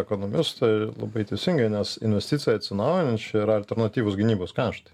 ekonomistai labai teisingai nes investicija į atsinaujinančią yra alternatyvūs gynybos karštai